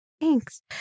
Thanks